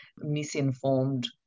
misinformed